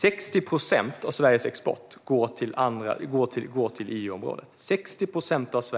60 procent av Sveriges export går till